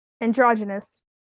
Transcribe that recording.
androgynous